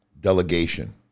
delegation